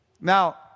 Now